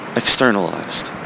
externalized